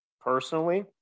personally